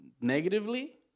negatively